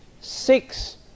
six